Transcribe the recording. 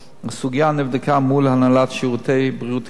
הסוגיה נבדקה מול הנהלת "שירותי בריאות כללית",